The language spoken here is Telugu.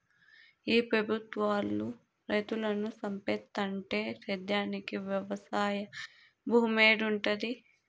ఈ పెబుత్వాలు రైతులను సంపేత్తంటే సేద్యానికి వెవసాయ భూమేడుంటది